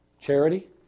charity